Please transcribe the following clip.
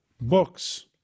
books